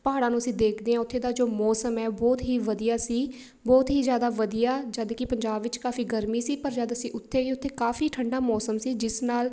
ਪਹਾੜਾਂ ਨੂੰ ਅਸੀਂ ਦੇਖਦੇ ਹਾਂ ਉੱਥੇ ਦਾ ਜੋ ਮੌਸਮ ਹੈ ਬਹੁਤ ਹੀ ਵਧੀਆ ਸੀ ਬਹੁਤ ਹੀ ਜ਼ਿਆਦਾ ਵਧੀਆ ਜਦੋਂ ਕਿ ਪੰਜਾਬ ਵਿੱਚ ਕਾਫੀ ਗਰਮੀ ਸੀ ਪਰ ਜਦੋਂ ਅਸੀਂ ਉੱਥੇ ਗਏ ਉੱਥੇ ਕਾਫੀ ਠੰਡਾ ਮੌਸਮ ਸੀ ਜਿਸ ਨਾਲ